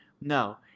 No